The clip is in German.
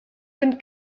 bin